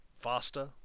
faster